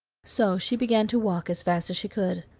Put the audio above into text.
so she began to walk as fast as she could,